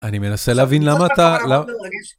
אני מנסה להבין למה אתה...